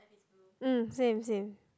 mm same same